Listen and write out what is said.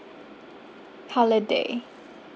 holiday